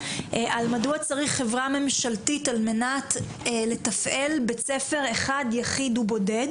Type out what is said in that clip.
מדוע צריך חברה ממשלתית על מנת לתפעל בית ספר אחד יחיד ובודד.